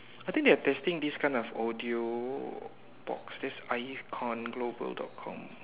I think they are testing these kinds of audio box there's icon global dot com